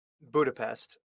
Budapest